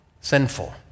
sinful